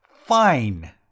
Fine